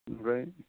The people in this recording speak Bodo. बेनिफ्राय